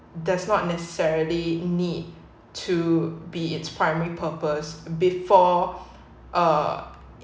does not necessarily need to be its primary purpose before uh